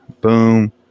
Boom